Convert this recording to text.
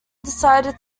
decided